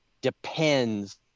depends